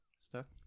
Stuck